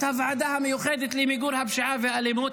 הוועדה המיוחדת למיגור הפשיעה והאלימות,